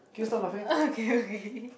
uh okay okay